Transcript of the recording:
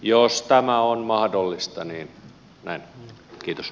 jos tämä on mahdollista niin näin kiitos